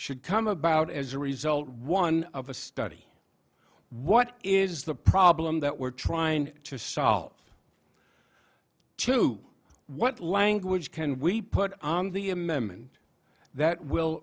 should come about as a result one of the study what is the problem that we're trying to solve to what language can we put on the amendment that will